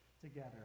together